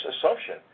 assumption